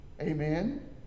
amen